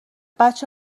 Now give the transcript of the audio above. بچه